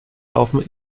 laufen